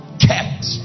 kept